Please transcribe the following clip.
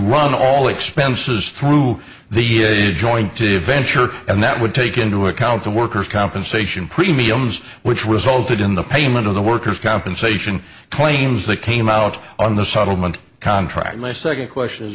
run all expenses through the joint venture and that would take into account the workers compensation premiums which resulted in the payment of the worker's compensation claims that came out on the settlement contract my second question is